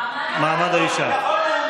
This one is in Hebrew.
מעמד האישה?